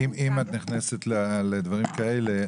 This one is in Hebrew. אם את נכנסת לדברים כאלה,